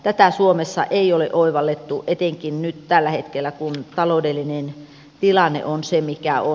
tätä suomessa ei ole oivallettu etenkään nyt tällä hetkellä kun taloudellinen tilanne on se mikä on